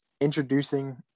introducing